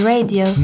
Radio